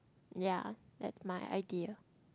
ya that's my idea